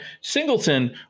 Singleton